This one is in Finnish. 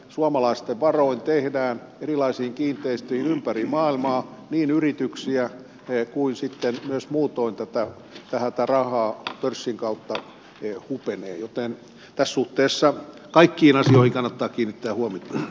suomalaisten varoin tehdään erilaisiin kiinteistöihin ympäri maailmaa yrityksiä mutta sitten myös muutoin tätä rahaa pörssin kautta hupenee joten tässä suhteessa kaikkiin asioihin kannattaa kiinnittää huomiota